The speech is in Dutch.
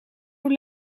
hoe